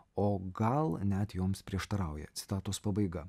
o gal net joms prieštarauja citatos pabaiga